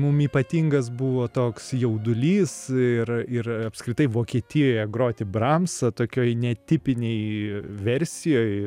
mum ypatingas buvo toks jaudulys ir ir apskritai vokietijoje groti bramsą tokioj netipinėj versijoj